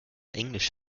englisch